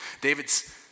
David's